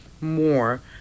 more